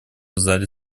зале